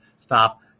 stop